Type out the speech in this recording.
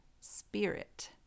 spirit